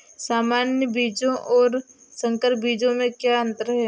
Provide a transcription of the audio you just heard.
सामान्य बीजों और संकर बीजों में क्या अंतर है?